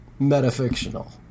metafictional